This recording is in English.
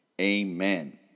amen